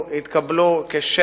הם מודאגים מזה שיש